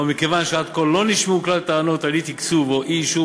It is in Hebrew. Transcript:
ומכיוון שעד כה לא נשמעו כלל טענות על אי-תקצוב או אי-אישור